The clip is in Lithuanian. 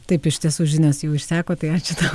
taip iš tiesų žinios jau išseko tai ačiū tau